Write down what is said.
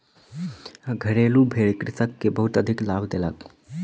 घरेलु भेड़ कृषक के बहुत अधिक लाभ देलक